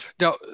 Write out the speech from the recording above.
Now